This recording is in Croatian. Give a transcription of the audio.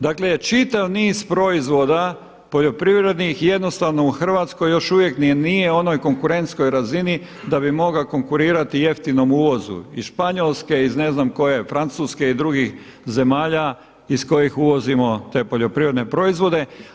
Dakle, čitav niz proizvoda poljoprivrednih jednostavno u Hrvatskoj još uvijek ni nije u onoj konkurentskoj razini da bi mogao konkurirati jeftinom uvozu iz Španjolske, iz ne znam koje Francuske i drugih zemalja iz kojih uvozimo te poljoprivredne proizvode.